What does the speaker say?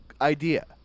idea